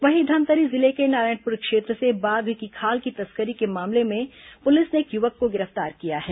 वहीं धमतरी जिले के नारायणपुर क्षेत्र से बाघ की खाल की तस्करी के मामले में पुलिस ने एक युवक को गिरफ्तार किया है